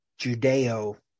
Judeo